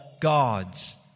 gods